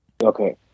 Okay